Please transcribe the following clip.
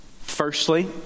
Firstly